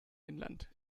inland